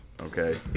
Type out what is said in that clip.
okay